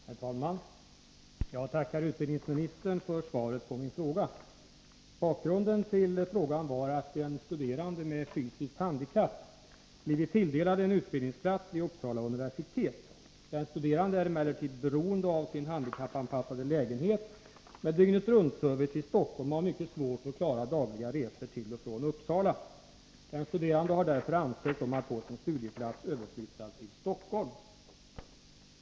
Herr talman! Jag tackar utbildningsministern för svaret på min fråga. Bakgrunden till frågan var att en studerande med fysiskt handikapp blivit tilldelad en utbildningsplats vid Uppsala universitet. Den studerande är emellertid beroende av sin handikappanpassade lägenhet med dygnet-runtservice i Stockholm och har mycket svårt att klara dagliga resor till och från Uppsala. Den studerande har därför ansökt om att få sin studieplats överflyttad till Stockholm.